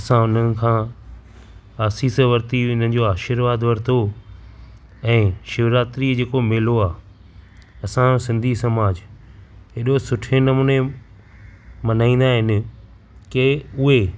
असां उन्हनि खां आसीस वरिती उन्हनि जो आशीर्वाद वरितो ऐं शिवरात्री जो जेको मेलो आहे असां सिंधी समाज एॾो सुठे नमूने मल्हाईंदा आहिनि की उहे